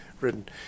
written